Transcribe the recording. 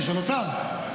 תשאל אותם.